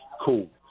Cool